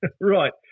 right